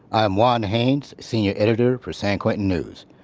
i'm juan haines, senior editor for san quentin news.